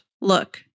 Look